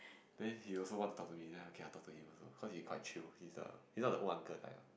then he also want to talk to me then I okay lah I also talk to him cause he quite chill he is err he not the old uncle type lah